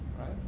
Right